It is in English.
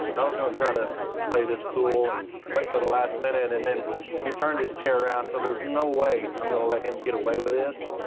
i was gonna try to play this cool and wait till the last minute, and then he turned his chair around. so there's no way i'm gonna let him get away with this.